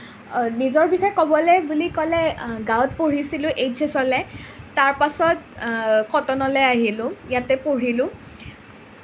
নিজৰ বিষয়ে বুলি ক'বলৈ বুলি ক'লে গাঁৱত পঢ়িছিলোঁ এইচ এছলৈ তাৰপাছত কটনলৈ আহিলোঁ ইয়াতে পঢ়িলোঁ